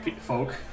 folk